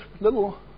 little